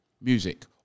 music